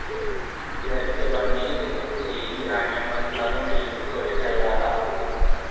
గరిసెబండిని సిద్ధం సెయ్యు ధాన్యం బస్తాలు మిల్లుకు తోలుకెల్లాల